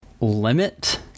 limit